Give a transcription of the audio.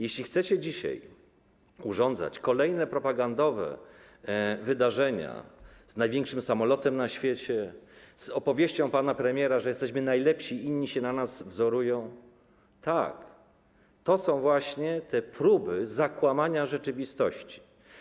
Jeśli chcecie dzisiaj urządzać kolejne propagandowe wydarzenia z największym samolotem na świecie, z opowieścią pana premiera, że jesteśmy najlepsi i inni na nas się wzorują, to są to - tak - właśnie te próby zakłamania rzeczywistości.